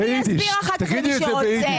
אני אסביר אחר כך למי שרוצה.